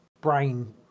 brain